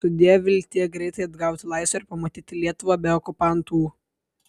sudiev viltie greitai atgauti laisvę ir pamatyti lietuvą be okupantų